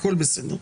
הכול בסדר.